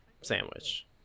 sandwich